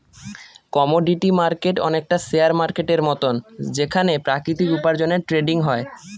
commodity market অনেকটা share মার্কেটের মতন যেখানে প্রাকৃতিক উপার্জনের ট্রেডিং হয়